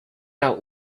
out